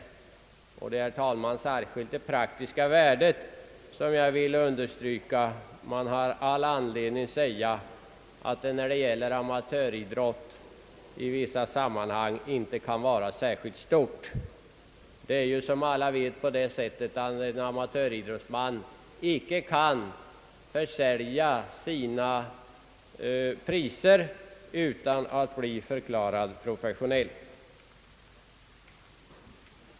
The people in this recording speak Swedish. Det är, herr talman, särskilt det praktiska värdet som jag vill understryka. När det gäller amatöridrott har man all anledning att säga att detta värde inte är särskilt stort. Som alla vet kan en amatöridrottsman inte försälja sina priser utan att bli förklarad professionell.